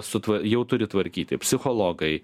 sutva jau turi tvarkyti psichologai